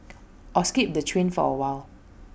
or skip the train for awhile